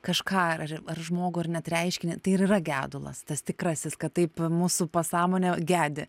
kažką ar ar žmogų ar net reiškinį ir yra gedulas tas tikrasis kad taip mūsų pasąmonė gedi